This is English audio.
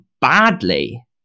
badly